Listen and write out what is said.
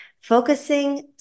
focusing